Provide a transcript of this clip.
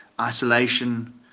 Isolation